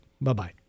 Bye-bye